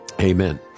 Amen